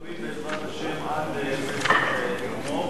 מקווים, בעזרת השם, עד מרס לגמור.